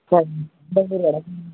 sir